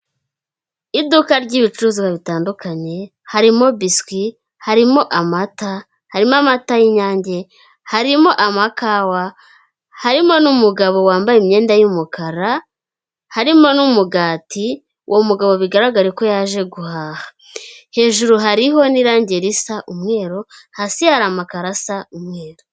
Iduka ry'ibicuruzwa bitandukanye harimo biscuit, harimo amata, harimo amata y'inyange, harimo amakawa, harimo n'umugabo wambaye imyenda y'umukara, harimo n'umugati, uwo mugabo bigaraga ko yaje guhaha, hejuru hariho n'irangi risa umweru, hasi hari amakaro asa umweru.